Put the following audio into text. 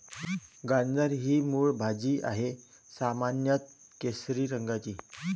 गाजर ही मूळ भाजी आहे, सामान्यत केशरी रंगाची